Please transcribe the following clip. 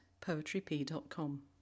poetryp.com